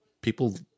people